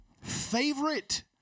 Favorite